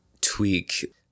tweak